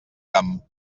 camp